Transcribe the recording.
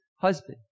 husband